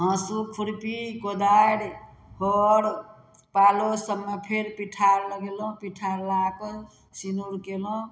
हाँसु खुरपी कोदारि हर पालो सबमे फेर पीठार लगेलहुँ पीठार लगा कऽ सिनुर कयलहुँ